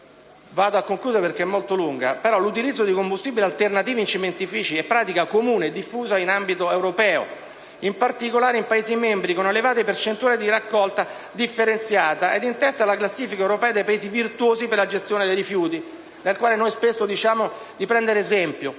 L'utilizzo di combustibili alternativi in cementifici è pratica comune e diffusa in ambito europeo, in particolare in Paesi membri con elevate percentuali di raccolta differenziata ed in testa alla classifica europea dei Paesi virtuosi per la gestione dei rifiuti, dai quali spesso diciamo di voler prendere esempio.